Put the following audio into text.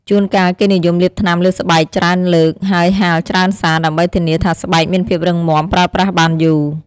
ជួនកាល គេនិយមលាបថ្នាំលើស្បែកច្រើនលើក ហើយហាលច្រើនសា ដើម្បីធានាថាស្បែកមានភាពរឹងមាំ ប្រើប្រាស់បានយូរ។